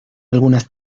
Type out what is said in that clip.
algunas